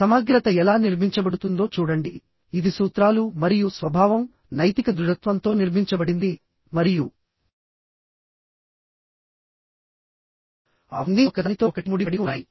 సమగ్రత ఎలా నిర్మించబడుతుందో చూడండి ఇది సూత్రాలు మరియు స్వభావం నైతిక దృఢత్వంతో నిర్మించబడింది మరియు అవన్నీ ఒకదానితో ఒకటి ముడిపడి ఉన్నాయి